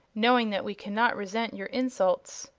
knowing that we cannot resent your insults.